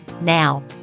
Now